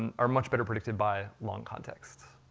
and are much better predicted by long context.